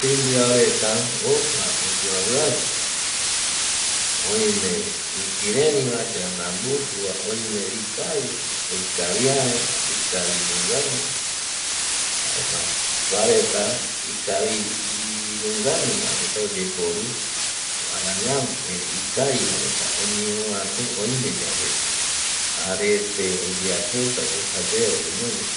Timbiao reta opa oyoaviavi oime ipïreriva yanda mbujuva, oime ikaviva, ikaviaveva, ikavinungañova, jaema kua reta ikavinungañova reta oyeporu arañavo, erei ikavivareta oñeovatu oime yave arete oyeapota yae jayae oyemonde